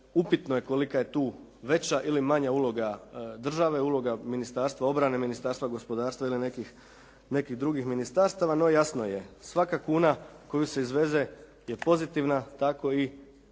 upitno je kolika je tu veća ili manja uloga države, uloga Ministarstva obrane, Ministarstva gospodarstva ili nekih drugih ministarstava. No, jasno je, svaka kuna koju se izveze je pozitivna tako i